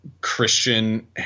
Christian